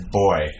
boy